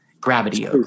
Gravity